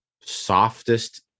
softest